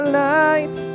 light